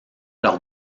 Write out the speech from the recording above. leur